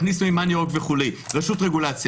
רשות רגולציה,